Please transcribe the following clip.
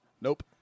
Nope